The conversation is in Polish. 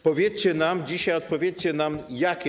Powiedzcie nam, dzisiaj odpowiedzcie nam, jakie.